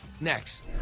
Next